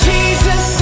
Jesus